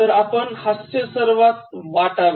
तर आपण हास्य सर्वात वाटावे